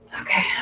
Okay